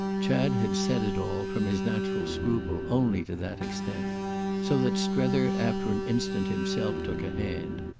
chad had said it all, from his natural scruple, only to that extent so that strether after an instant himself took a hand.